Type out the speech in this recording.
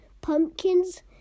pumpkins